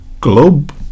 globe